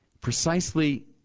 Precisely